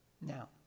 Now